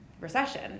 recession